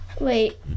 Wait